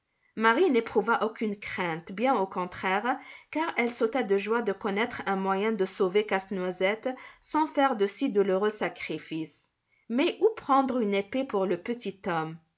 marie n'éprouva aucune crainte bien au contraire car elle sauta de joie de connaître un moyen de sauver casse-noisette sans faire de si douloureux sacrifices mais où prendre une épée pour le petit homme